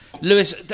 Lewis